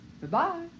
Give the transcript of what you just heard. Goodbye